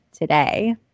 today